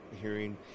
hearing